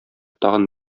тагын